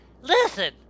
Listen